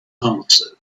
answered